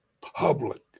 public